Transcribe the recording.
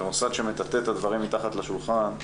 מוסד שמטאטא את הדברים מתחת לשולחן,